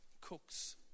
cooks